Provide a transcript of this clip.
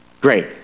Great